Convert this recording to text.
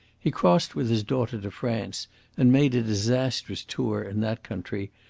he crossed with his daughter to france and made a disastrous tour in that country,